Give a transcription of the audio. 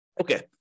Okay